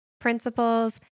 principles